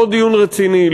לא דיון רציני,